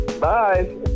Bye